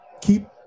keep